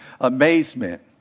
amazement